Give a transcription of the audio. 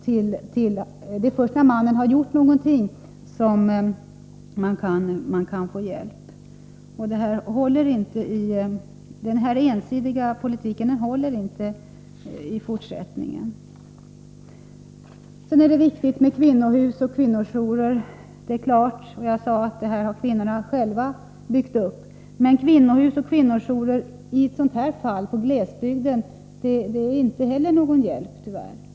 Det är först när mannen har gjort någonting som man kan få hjälp. Den här ensidiga politiken håller inte i fortsättningen. Självfallet är det viktigt med kvinnohus och kvinnojourer. Jag sade att det är sådant som kvinnorna själva har byggt upp. Men tyvärr är inte heller kvinnohus och kvinnojourer i ett sådant här fall, i glesbygden, till någon hjälp.